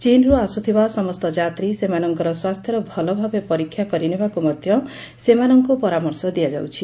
ଚୀନ୍ରୁ ଆସୁଥିବା ସମସ୍ତ ଯାତ୍ରୀ ସେମାନଙ୍କର ସ୍ୱାସ୍ଥ୍ୟର ଭଲଭାବେ ପରୀକ୍ଷା କରିନେବାକୁ ମଧ୍ଧ ସେମାନଙ୍କୁ ପରାମର୍ଶ ଦିଆଯାଉଛି